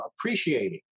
appreciating